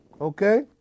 Okay